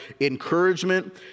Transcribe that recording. encouragement